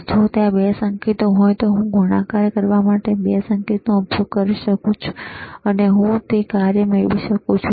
જો ત્યાં 2 સંકેતો હોય તો હું ગુણાકાર કરવા માટે 2 સંકેતોનો ઉપયોગ કરી શકું છું અને હું તે કાર્ય મેળવી શકું છું